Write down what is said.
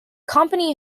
company